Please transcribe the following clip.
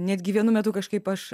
netgi vienu metu kažkaip aš